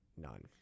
None